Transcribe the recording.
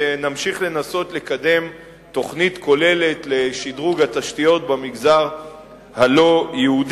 ונמשיך לנסות לקדם תוכנית כוללת לשדרוג התשתיות במגזר הלא-יהודי,